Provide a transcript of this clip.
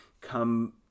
come